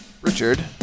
Richard